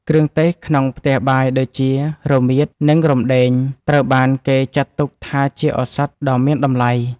គ្រឿងទេសក្នុងផ្ទះបាយដូចជា រមៀត និងរំដេង ត្រូវបានគេចាត់ទុកថាជាឱសថដ៏មានតម្លៃ។